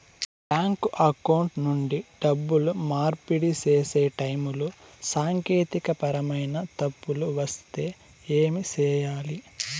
bank account నుండి డబ్బులు మార్పిడి సేసే టైములో సాంకేతికపరమైన తప్పులు వస్తే ఏమి సేయాలి